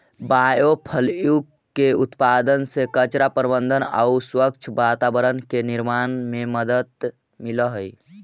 biofuel के उत्पादन से कचरा प्रबन्धन आउ स्वच्छ वातावरण के निर्माण में मदद मिलऽ हई